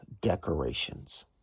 decorations